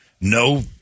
no